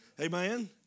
amen